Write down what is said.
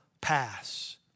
pass